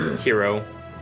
Hero